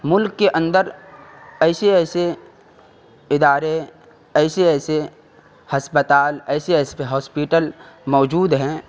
ملک کے اندر ایسے ایسے ادارے ایسے ایسے ہسپتال ایسے ایسے ہاسپیٹل موجود ہیں